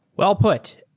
well put.